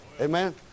Amen